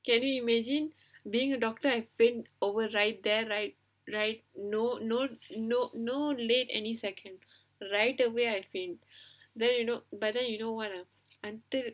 can you imagine being a doctor I faint over right that right right no no no no late any second right away I faint then you know but then you know [what] ah until